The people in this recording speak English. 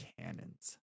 cannons